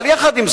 אבל עם זאת